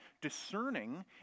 discerning